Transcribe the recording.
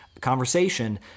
conversation